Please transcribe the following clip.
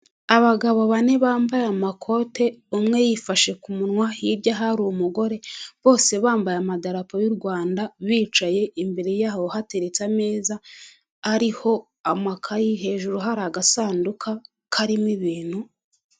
Abagabo bane bambaye amakote, umwe yifashe ku munwa. Hirya hari umugore. Bose bambaye amadarapo y'u Rwanda, bicaye imbere yaho hateretse ameza ariho amakayi. Hejuru hari agasanduku karimo ibintu.